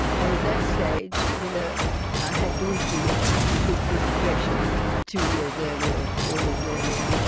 and at that stage you know i had been through the the big decompression two years earlier, or four years earlier,